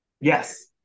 Yes